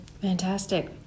Fantastic